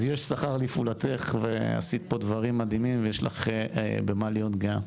אז יש שכר לפעולתך ועשית פה דברים מדהימים ויש לך במה להיות גאה.